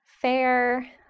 fair